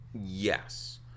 Yes